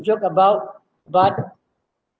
joke about but